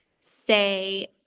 say